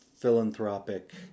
philanthropic